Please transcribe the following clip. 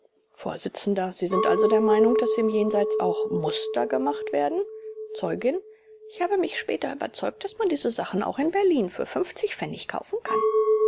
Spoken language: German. vors sie sind also der meinung daß im jenseits auch muster gemacht werden zeugin ich habe mich später überzeugt daß man diese sachen auch in berlin für pfennig kaufen kann